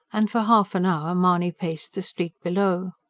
and for half an hour mahony paced the street below.